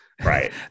Right